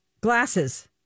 Glasses